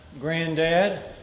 granddad